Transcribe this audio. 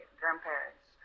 grandparents